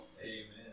Amen